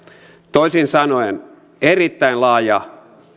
toisin sanoen erittäin laaja